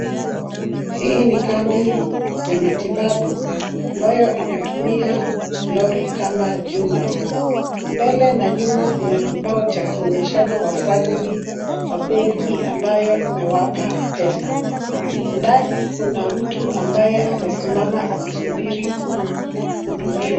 Hii ni kambi ya matibabu ambayo inatumia lori kama jumba. Mbele na nyuma kuna kibao cha kuonyeshana wafadhili wa benki ambayo imewapa simu. Ndabi kuna mtu ambaye amesimama akisubiri kuhudumiwa.